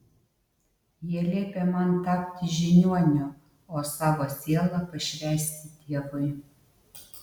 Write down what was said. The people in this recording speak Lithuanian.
jie liepė man tapti žiniuoniu o savo sielą pašvęsti dievui